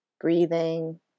breathing